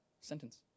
sentence